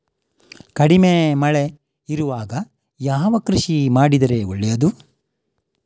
ಕಡಿಮೆ ಮಳೆ ಇರುವಾಗ ಯಾವ ಕೃಷಿ ಮಾಡಿದರೆ ಒಳ್ಳೆಯದು?